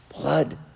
blood